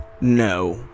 No